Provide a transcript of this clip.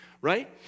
right